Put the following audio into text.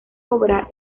obra